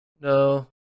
No